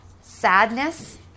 Sadness